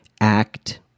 ACT